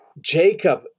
Jacob